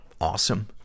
awesome